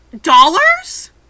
dollars